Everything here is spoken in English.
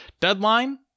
Deadline